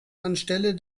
anstelle